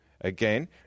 again